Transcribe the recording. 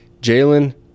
Jalen